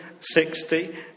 sixty